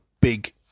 big